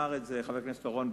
חבר הכנסת אורון,